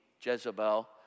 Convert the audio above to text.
Jezebel